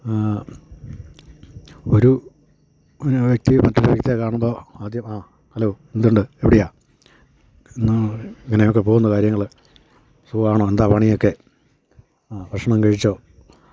ഒരു ഒരു വ്യക്തി മറ്റൊരു വ്യക്തിയെ കാണുമ്പോൾ ആദ്യം ആ ഹലോ എന്തുണ്ട് എവിടെയാണ് എന്ന് ഇങ്ങനെയൊക്കെ പോകുന്നു കാര്യങ്ങൾ സുഖമാണോ എന്താണ് പണിയൊക്കെ ആ ഭക്ഷണം കഴിച്ചോ